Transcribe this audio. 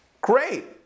Great